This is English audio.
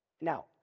Now